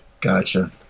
Gotcha